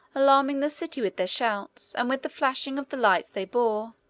alarming the city with their shouts, and with the flashing of the lights they bore.